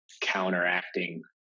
counteracting